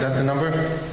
the number,